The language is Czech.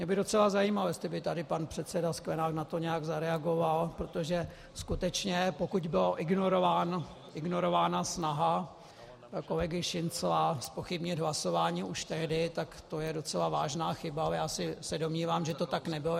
Mě by docela zajímalo, jestli by tady pan předseda Sklenák na to nějak zareagoval, protože skutečně pokud byla ignorována snaha kolegy Šincla zpochybnit hlasování už tehdy, tak to je docela vážná chyba, ale já se domnívám, že to tak nebylo.